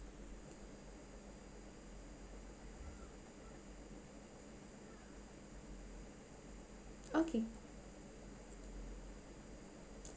okay